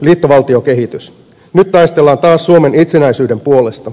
nyt taistellaan taas suomen itsenäisyyden puolesta